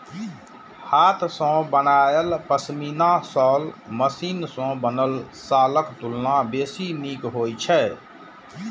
हाथ सं बनायल पश्मीना शॉल मशीन सं बनल शॉलक तुलना बेसी नीक होइ छै